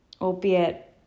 Albeit